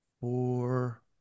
four